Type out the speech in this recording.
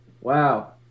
Wow